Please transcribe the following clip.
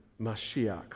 Mashiach